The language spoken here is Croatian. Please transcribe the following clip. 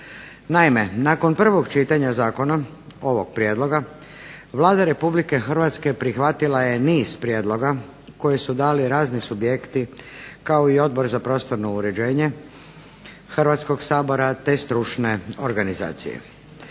Naime, nakon prvog čitanja zakona ovoga prijedloga Vlada Republike Hrvatske prihvatila je niz prijedloga koje su dali razni subjekti, kao i Odbor za prostorno uređenje Hrvatskoga sabora, te stručne organizacije.